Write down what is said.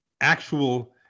Actual